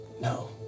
No